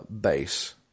base